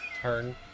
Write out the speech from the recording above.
turn